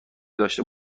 داشته